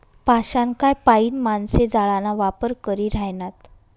पाषाणकाय पाईन माणशे जाळाना वापर करी ह्रायनात